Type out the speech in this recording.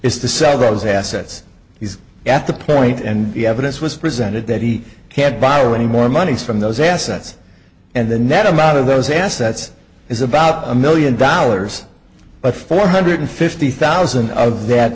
is to sever those assets he's at the point and the evidence was presented that he can't borrow any more monies from those assets and the net amount of those assets is about a million dollars but four hundred fifty thousand of that